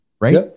right